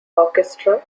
orchestra